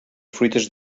fruites